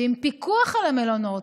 ועם פיקוח על המלונות,